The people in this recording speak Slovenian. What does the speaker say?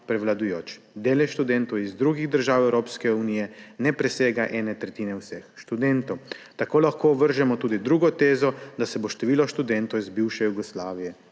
prevladujoč. Delež študentov iz drugih držav Evropske unije ne presega ene tretjine vseh študentov. Tako lahko ovržemo tudi drugo tezo, da se bo število študentov iz bivše Jugoslavije